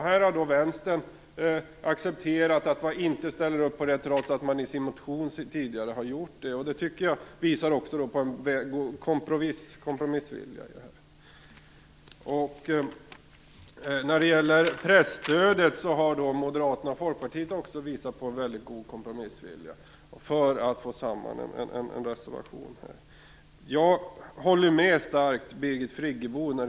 Här har Vänstern accepterat att inte ställa upp på detta, trots att man tidigare gjorde det i sin motion. Det visar på en kompromissvilja i det här fallet. I fråga om presstödet har Moderaterna och Folkpartiet också visat på en god kompromissvilja, för att vi skulle få en gemensam reservation.